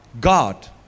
God